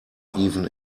even